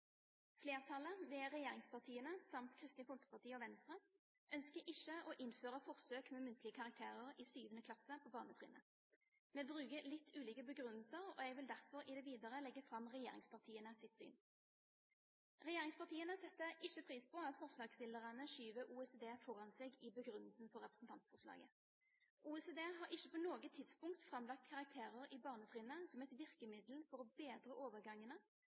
Flertallet, ved regjeringspartiene samt Kristelig Folkeparti og Venstre, ønsker ikke å innføre forsøk med muntlige karakterer i 7. klasse på barnetrinnet. Vi bruker litt ulike begrunnelser, og jeg vil derfor i det videre legge fram regjeringspartienes syn. Regjeringspartiene setter ikke pris på at forslagsstillerne skyver OECD foran seg i begrunnelsen for representantforslaget. OECD har ikke på noe tidspunkt framlagt karakterer på barnetrinnet som et virkemiddel for å bedre